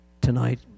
tonight